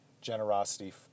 Generosity